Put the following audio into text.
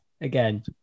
again